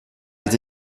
les